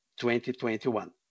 2021